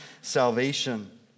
salvation